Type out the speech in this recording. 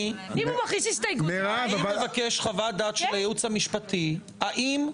מבקש התייחסות של הייעוץ המשפטי לשאלת